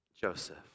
Joseph